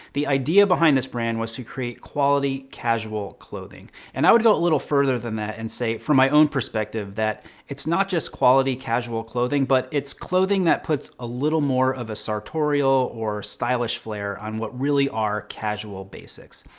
the idea behind this brand was to create quality casual clothing. and i would go a little further than that and say from my own perspective that it's not just quality casual clothing but it's clothing that puts a little more of a sartorial or stylish flair on what really are casual basics.